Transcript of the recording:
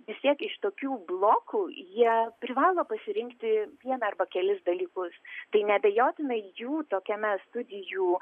vis tiek iš tokių blokų jie privalo pasirinkti vieną arba kelis dalykus tai neabejotinai jų tokiame studijų